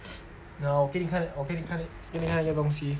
yeah 我给你看给你看给你看一个东西